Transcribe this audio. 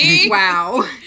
Wow